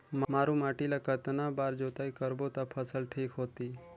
मारू माटी ला कतना बार जुताई करबो ता फसल ठीक होती?